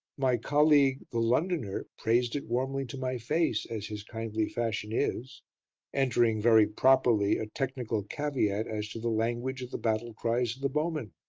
my colleague the londoner praised it warmly to my face, as his kindly fashion is entering, very properly, a technical caveat as to the language of the battle-cries of the bowmen.